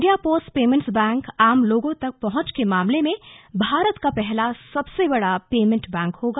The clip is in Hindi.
इंडिया पोस्ट पेमेंट्स बैंक आम लोगों तक पहुंच के मामले में भारत का पहला सबसे बड़ा पेमेंट बैंक होगा